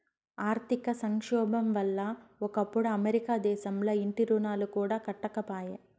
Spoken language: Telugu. ఆర్థిక సంక్షోబం వల్ల ఒకప్పుడు అమెరికా దేశంల ఇంటి రుణాలు కూడా కట్టకపాయే